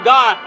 God